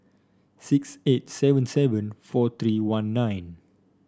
six eight seven seven four three one nine